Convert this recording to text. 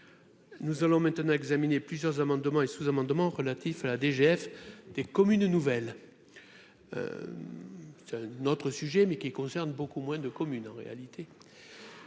nous allons maintenant examiner plusieurs amendements et sous-amendements relatifs à la DGF des communes nouvelles, c'est un autre sujet, mais qui concerne beaucoup moins de communes en réalité